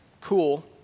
cool